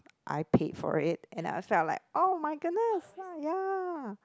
I paid for it and I felt like oh my goodness ya